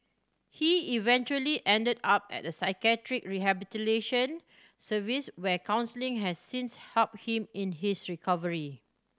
he eventually ended up at a psychiatric rehabilitation service where counselling has since helped him in his recovery